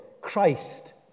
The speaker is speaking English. Christ